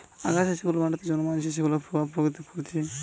আগাছা যেগুলা মাটিতে জন্মাইছে সেগুলার প্রভাব প্রকৃতিতে পরতিছে